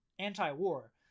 anti-war